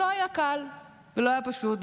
לא היה קל ולא היה פשוט.